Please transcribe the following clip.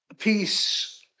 Peace